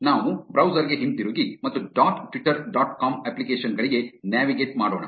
ನಾವು ಬ್ರೌಸರ್ ಗೆ ಹಿಂತಿರುಗಿ ಮತ್ತು dot twitter dot com application ಗಳಿಗೆ ನ್ಯಾವಿಗೇಟ್ ಮಾಡೋಣ